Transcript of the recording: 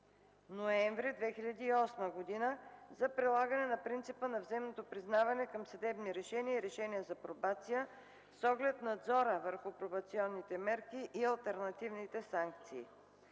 ноември 2008 г. за прилагане на принципа на взаимното признаване към съдебни решения и решения за пробация с оглед на надзора върху пробационните мерки и алтернативните санкции.